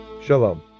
Shalom